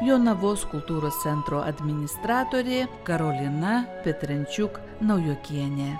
jonavos kultūros centro administratorė karolina petrančiuk naujokienė